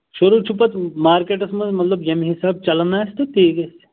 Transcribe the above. شروع چھُ پَتہٕ مارکیٹَس مںٛز مطلب ییٚمہِ حسابہٕ چَلان آسہِ تہٕ تی گَژھِ